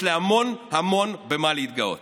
יש לי המון המון במה להתגאות.